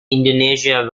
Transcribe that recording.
indonesia